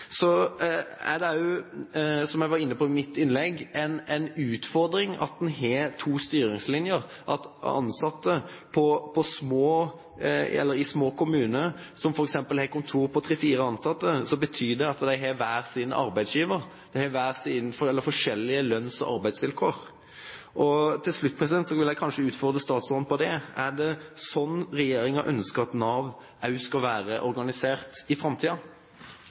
Så er det også, som jeg var inne på i mitt innlegg, en utfordring at en har to styringslinjer. Det betyr at ansatte i små kommuner som f.eks. har kontor med tre–fire ansatte, har hver sin arbeidsgiver. De har forskjellige lønns- og arbeidsvilkår. Til slutt vil jeg utfordre statsråden på det. Er det slik regjeringen ønsker at Nav også skal være organisert i